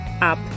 up